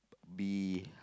bee